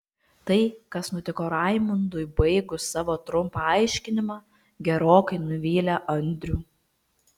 tai kas nutiko raimundui baigus savo trumpą aiškinimą gerokai nuvylė andrių